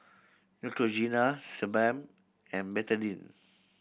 Neutrogena Sebamed and Betadine